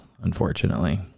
unfortunately